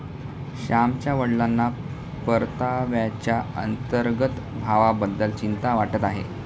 श्यामच्या वडिलांना परताव्याच्या अंतर्गत भावाबद्दल चिंता वाटत आहे